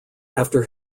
after